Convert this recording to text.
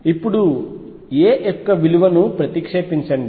ఇప్పుడు a యొక్క విలువను ప్రతిక్షేపించండి